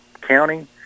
county